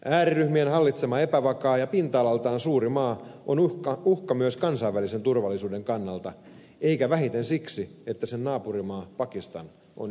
ääriryhmien hallitsema epävakaa ja pinta alaltaan suuri maa on uhka myös kansainvälisen turvallisuuden kannalta eikä vähiten siksi että sen naapurimaa pakistan on ydinasevalta